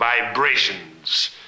vibrations